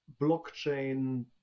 blockchain